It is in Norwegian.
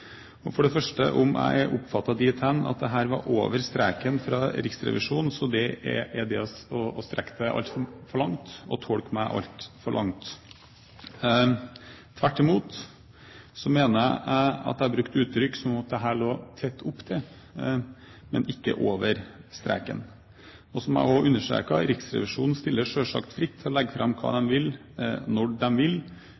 viktig. For det første: Om jeg er oppfattet dit hen at dette var over streken fra Riksrevisjonens side, er det å strekke det altfor langt, og tolke meg altfor langt. Tvert imot mener jeg at jeg har brukt uttrykk som at dette lå tett opp til – men ikke over – streken. Og, som jeg også understreket, Riksrevisjonen står selvsagt fritt til å legge fram hva